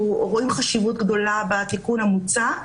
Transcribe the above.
אנחנו רואים חשיבות גדולה בתיקון המוצע,